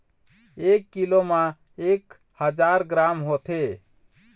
एक कीलो म एक हजार ग्राम होथे